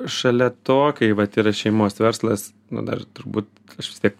šalia to kai vat yra šeimos verslas nu dar turbūt aš vis tiek